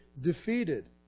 defeated